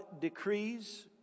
decrees